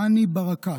נהרג עאוני ברכאת,